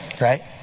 Right